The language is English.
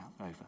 over